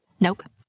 Nope